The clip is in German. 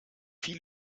viel